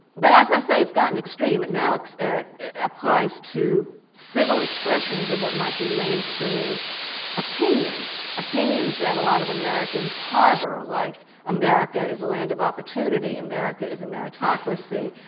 but, as i say, it's gotten extreme. now it applies to civil expressions of what might be mainstream opinions, opinions that a lot of americans harbor, like america is a land of opportunity, america is a meritocracy.